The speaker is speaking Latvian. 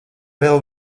vēl